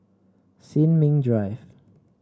Sin Ming Drive